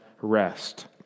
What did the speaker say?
rest